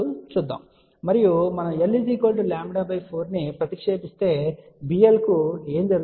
మరియు మనం lλ 4 ను సబ్స్టిట్యూట్ చేస్తే βl కు ఏమి జరుగుతుంది